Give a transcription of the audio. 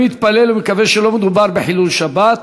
אני מתפלל ומקווה שלא מדובר בחילול שבת,